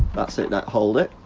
that's it, now hold it,